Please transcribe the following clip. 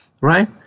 right